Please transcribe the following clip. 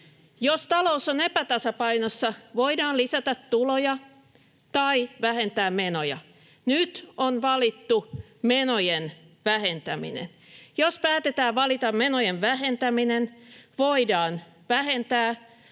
Jos talous on epätasapainossa, voidaan lisätä tuloja tai vähentää menoja. Nyt on valittu menojen vähentäminen. Jos päätetään valita menojen vähentäminen, voidaan vähentää